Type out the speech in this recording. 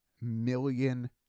million